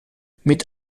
mit